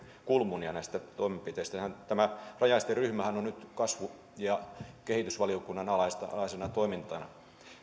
kulmunia näistä toimenpiteistä tämä rajaesteryhmähän on nyt kasvu ja kehitysvaliokunnan alaisena toimintana